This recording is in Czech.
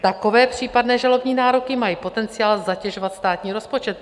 Takové případné žalobní nároky mají potenciál zatěžovat státní rozpočet.